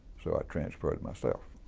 so i transferred myself